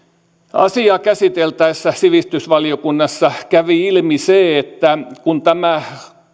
asiaa käsiteltäessä sivistysvaliokunnassa kävi ilmi se että kun tämä